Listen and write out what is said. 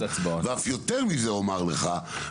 ואף יותר מזה אומר לך,